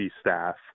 staff